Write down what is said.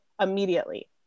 immediately